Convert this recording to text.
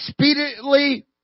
expediently